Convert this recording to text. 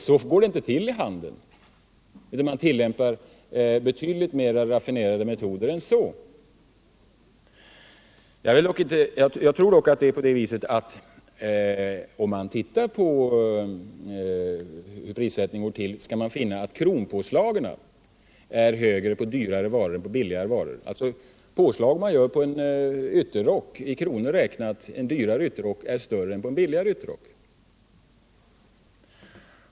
Så går det inte 7 till i handeln, utan man tillämpar betydligt mera raffinerade metoder. Jag tror dock att om man ser på hur prissättningen går till skall man finna att kronpåslagen är högre på dyrare varor än på billigare varor. Det påslag man gör i kronor räknat på en dyrare ytterrock är större än det påslag man gör på en billigare ytterrock.